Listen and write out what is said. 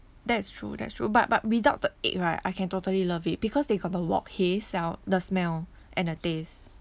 that's true that's true but but without the egg right I can totally love it because they got the wok hei sell the smell and the taste